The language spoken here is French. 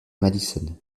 madison